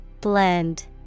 blend